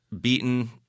beaten